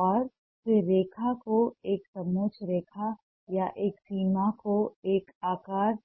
और फिर रेखा को एक समोच्च रेखा या एक सीमा को एक आकार